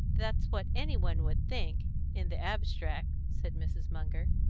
that's what any one would think in the abstract, said mrs. munger.